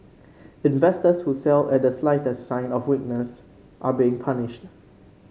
investors who sell at the slightest sign of weakness are being punished